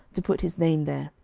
to put his name there.